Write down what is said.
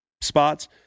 spots